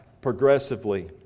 progressively